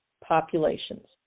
populations